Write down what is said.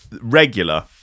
regular